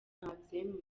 ntabyemera